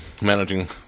managing